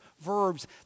verbs